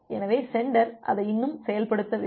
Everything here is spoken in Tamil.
எனவே சென்டர் அதை இன்னும் செயல்படுத்தவில்லை